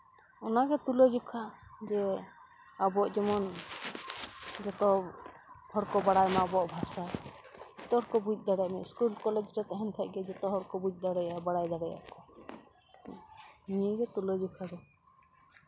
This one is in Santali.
ᱚᱱᱟᱜᱮ ᱛᱩᱞᱟᱹ ᱡᱚᱠᱷᱟ ᱡᱮ ᱟᱵᱚ ᱡᱮᱢᱚᱱ ᱡᱚᱛᱚ ᱦᱚᱲᱠᱚ ᱵᱟᱲᱟᱭ ᱢᱟ ᱟᱵᱚᱣᱟᱜ ᱵᱷᱟᱥᱟ ᱡᱚᱛᱚ ᱜᱮᱠᱚ ᱵᱩᱡᱽ ᱫᱟᱲᱮᱭᱟᱜ ᱢᱟ ᱤᱥᱠᱩᱞ ᱠᱚᱞᱮᱡᱽ ᱨᱮ ᱛᱟᱦᱮᱱ ᱠᱷᱟᱡ ᱜᱮ ᱡᱚᱛᱚ ᱦᱚᱲ ᱠᱚ ᱵᱩᱡᱽ ᱫᱟᱲᱮᱭᱟᱜ ᱟᱠᱚ ᱵᱟᱲᱟᱭ ᱫᱟᱲᱮᱭᱟᱜ ᱟᱠᱚ ᱱᱤᱭᱟᱹᱜᱮ ᱛᱩᱞᱟᱹ ᱡᱚᱠᱷᱟ ᱫᱚ